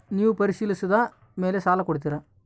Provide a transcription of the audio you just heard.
ನೇವು ಪರಿಶೇಲಿಸಿದ ಮೇಲೆ ಸಾಲ ಕೊಡ್ತೇರಾ?